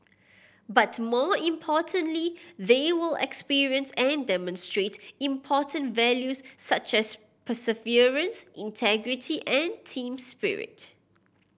but more importantly they will experience and demonstrate important values such as perseverance integrity and team spirit